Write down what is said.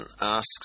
asks